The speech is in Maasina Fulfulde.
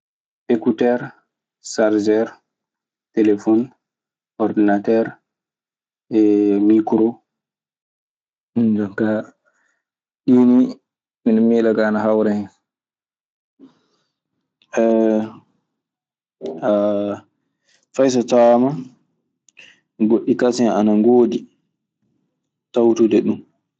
Ekutere, sargere ,telefon, ordinatere, mikro. Jon kaa ɗii nii miɗe miilaa kaa ana hawra hen. fay so tawaama goɗɗi kadi kasi aɗa ngoodi, ko tawtude ɗum.